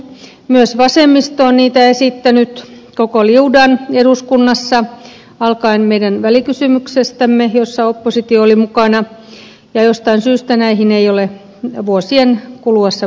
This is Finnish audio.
myös vasemmisto on niitä esittänyt koko liudan eduskunnassa alkaen meidän välikysymyksestämme jossa oppositio oli mukana ja jostain syystä näihin ei ole vuosien kuluessa puututtu